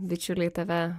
bičiuliai tave